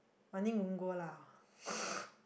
money won't go lah